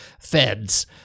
feds